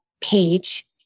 page